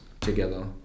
together